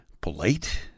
polite